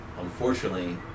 unfortunately